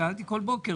שאלתי כל בוקר'.